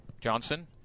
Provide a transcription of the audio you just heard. Johnson